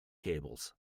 cables